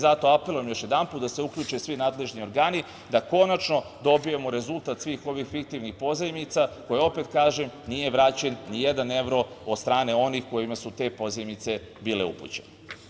Zato apelujem još jednom da se uključe svi nadležni organi da konačno dobijemo rezultat svih ovih fiktivnih pozajmica, koje, opet kažem, nije vraćen ni jedan evro od strane onih kojima su te pozajmice bile upućene.